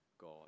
God